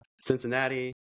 Cincinnati